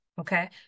Okay